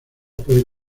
puede